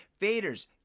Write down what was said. Faders